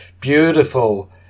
beautiful